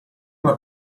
una